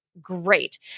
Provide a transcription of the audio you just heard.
great